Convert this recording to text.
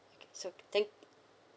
okay so thank